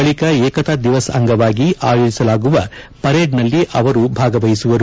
ಬಳಿಕ ಏಕತಾ ದಿವಸದ ಅಂಗವಾಗಿ ಆಯೋಜಿಸಲಾಗುವ ಪರೇಡ್ನಲ್ಲಿ ಅವರು ಭಾಗವಹಿಸಲಿದ್ದಾರೆ